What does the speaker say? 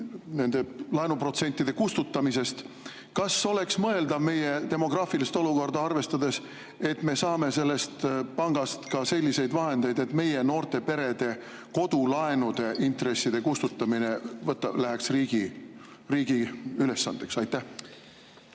nende laenuprotsentide kustutamisest –, kas oleks mõeldav meie demograafilist olukorda arvestades, et me saame sellest pangast ka selliseid vahendeid, et meie noorte perede kodulaenude intresside kustutamine läheks riigi ülesandeks? Aitäh,